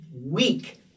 weak